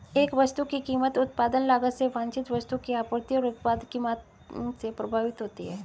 एक वस्तु की कीमत उत्पादन लागत से वांछित वस्तु की आपूर्ति और उत्पाद की मांग से प्रभावित होती है